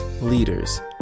Leaders